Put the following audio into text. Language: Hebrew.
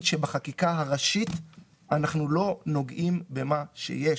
שבחקיקה הראשית אנחנו לא נוגעים במה שיש.